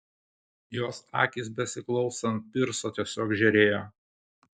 jos akys besiklausant pirso tiesiog žėrėjo